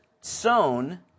sown